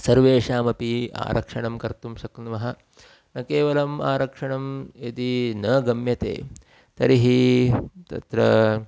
सर्वेषामपि आरक्षणं कर्तुं शक्नुमः न केवलम् आरक्षणं यदि न गम्यते तर्हि तत्र